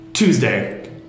Tuesday